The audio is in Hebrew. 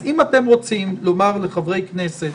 אז אם אתם רוצים לומר לחברי כנסת